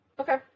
Okay